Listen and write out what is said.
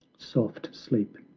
soft sleep,